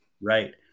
right